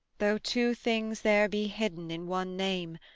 though two things there be hidden in one name,